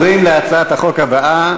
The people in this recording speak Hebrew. אנחנו עוברים להצעת החוק הבאה: